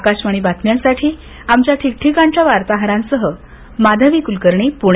आकाशवाणी बातम्यांसाठी आमच्या ठिकठिकाणच्या वार्ताहरांसह माधवी कुलकर्णी पुणे